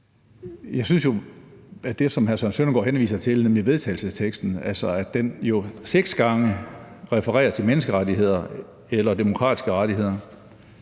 Jeg synes jo, at det, som hr. Søren Søndergaard henviser til, nemlig forslaget til vedtagelse, som jo seks gange refererer til menneskerettigheder eller demokratiske rettigheder,